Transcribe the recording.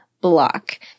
block